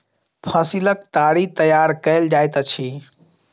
फसीलक ताड़ी तैयार कएल जाइत अछि